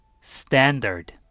Standard